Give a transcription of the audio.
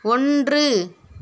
ஒன்று